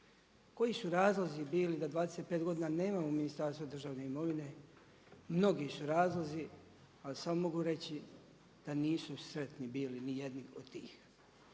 koji su razlozi bili da 25 godina nemamo Ministarstva državne imovine. Mnogi su razlozi, ali samo mogu reći da nisu sretni bili ni jedni od tih.